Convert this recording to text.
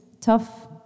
tough